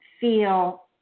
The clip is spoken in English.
feel